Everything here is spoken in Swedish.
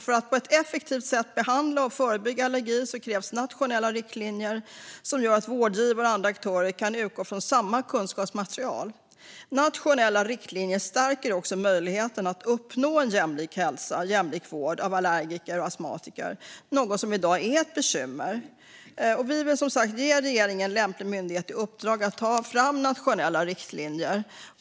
För att på ett effektivt sätt behandla och förebygga allergi krävs nationella riktlinjer som gör att vårdgivare och andra aktörer kan utgå från samma kunskapsmaterial. Nationella riktlinjer stärker också möjligheten att uppnå en jämlik hälsa och en jämlik vård av allergiker och astmatiker, något som i dag är ett bekymmer. Vi vill som sagt att regeringen ger lämplig myndighet i uppdrag att ta fram nationella riktlinjer.